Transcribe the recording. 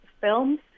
films